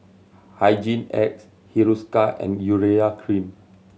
Hygin X Hiruscar and Urea Cream